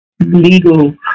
legal